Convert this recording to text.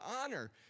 honor